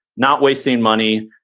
not wasting money,